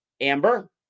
Amber